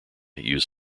use